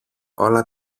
όλα